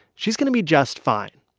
she's going to be just fine,